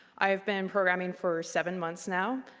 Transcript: i have been programming for seven months now.